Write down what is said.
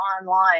online